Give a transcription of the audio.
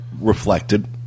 reflected